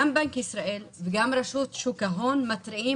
גם בנק ישראל וגם רשות שוק ההון מתריעים